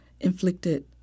inflicted